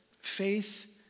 faith